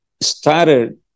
started